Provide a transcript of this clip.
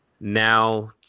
now